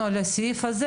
על הסעיף הזה.